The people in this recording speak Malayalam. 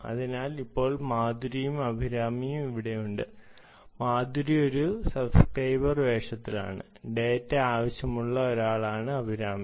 അതിനാൽ ഇപ്പോൾ മാധുരിയും അഭിരാമിയും ഇവിടെയുണ്ട് മാധുരി ഒരു സബ്സ്ക്രൈബർ വേഷത്തിലാണ് ഡാറ്റ ആവശ്യമുള്ള ഒരാളാണ് അഭിരാമി